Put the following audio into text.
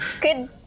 good